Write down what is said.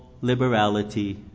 liberality